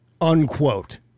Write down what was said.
Unquote